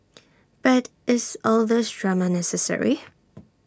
but is all these drama necessary